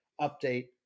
update